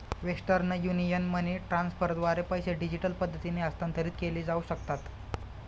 western Union money ट्रान्स्फरद्वारे पैसे digital पद्धतीने हस्तांतरित केले जाऊ शकतात